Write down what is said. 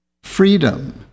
freedom